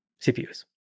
CPUs